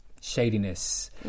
shadiness